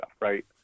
right